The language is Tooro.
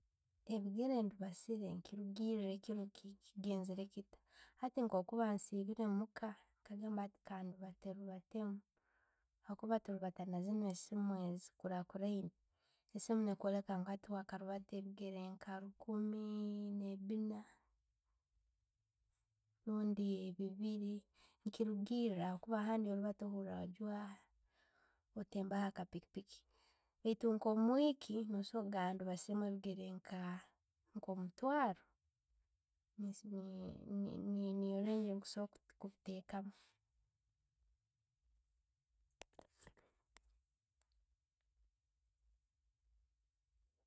Ebigeere ndibasire, nekirugiira ekiiro kigenzere kitta. Hati kukuba nsibbire omuka, nagamba kandi lebattebattemu habwokuba tulibata nezino essimu ezzo ezikurakuraine. Essimu nekwoekya ngu hati wakaliibatta ebigeere nka lukuumi nebiina, rundi biibiri. Ne kirugira habwokuba handi ochwaya, ottembaho aka pikipiki. Baitu nko mu weeki, no sobora gamba ndibaziiremu ebigere nka omutwaro, niiyo niiyo niiyo range gyekusobora kubitekamu.